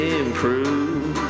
improve